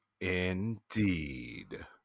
indeed